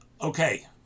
Okay